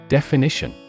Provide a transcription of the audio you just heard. Definition